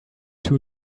too